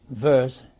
verse